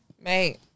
mate